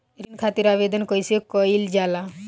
ऋण खातिर आवेदन कैसे कयील जाला?